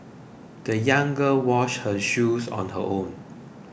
the young girl washed her shoes on her own